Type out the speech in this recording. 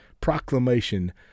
proclamation